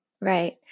Right